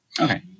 Okay